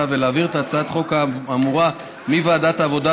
ולהעביר את הצעת החוק האמורה מוועדת העבודה,